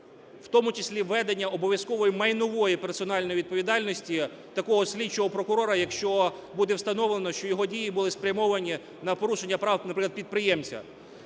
в тому числі введення обов'язкової майнової персональної відповідальності такого слідчого прокурора, якщо буде встановлено, що його дії були спрямовані на порушення прав, наприклад,